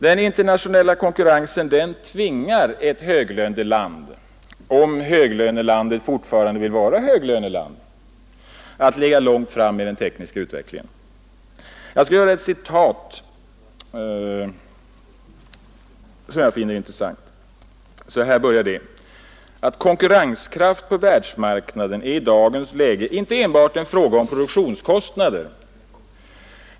Den internationella konkurrensen tvingar ett höglöneland, om detta fortfarande vill vara höglöneland, att ligga långt fram i den tekniska utvecklingen. Jag skall göra ett citat: ”Konkurrenskraft på världsmarknaden är i dagens läge inte enbart en fråga om produktionskostnader.